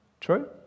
True